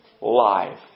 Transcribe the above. life